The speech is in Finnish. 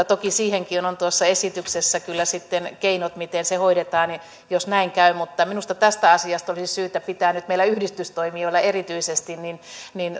toki siihenkin on on tuossa esityksessä kyllä sitten keinot miten se hoidetaan jos näin käy mutta minusta tästä asiasta olisi syytä pitää nyt meillä yhdistystoimijoilla erityisesti niin niin